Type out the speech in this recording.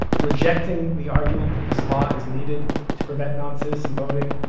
rejecting the argument that this law is needed to prevent non-citizen voting.